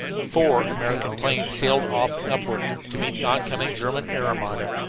four american planes sailed off and upward to meet the oncoming german air armada.